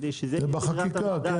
בחקיקה.